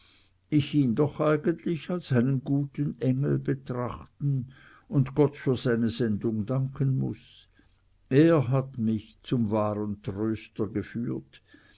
ich ihn doch eigentlich als einen guten engel betrachten und gott für seine sendung danken muß er hat mich zum wahren tröster geführt